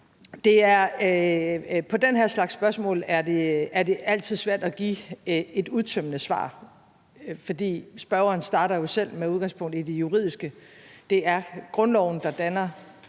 på den her slags spørgsmål altid svært at give et udtømmende svar. Spørgeren starter selv med at tage udgangspunkt i det juridiske. Det er grundloven, der danner